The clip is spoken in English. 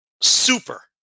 super